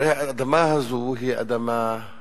הרי האדמה הזאת או